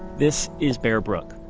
this is bear brook,